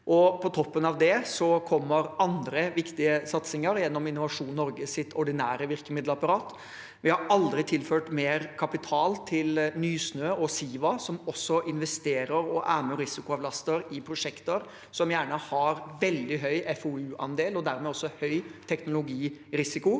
på toppen av det kommer andre viktige satsinger gjennom Innovasjon Norges ordinære virkemiddelapparat. Vi har aldri tilført mer kapital til Nysnø og SIVA, som også investerer og er med og risikoavlaster i prosjekter som gjerne har veldig høy FoU-andel, og dermed også høy teknologirisiko.